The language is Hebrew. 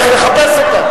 לך לחפש אותה.